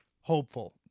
hopeful